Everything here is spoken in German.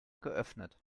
geöffnet